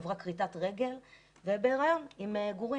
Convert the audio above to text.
עברה כריתת רגל והיא בהריון עם גורים.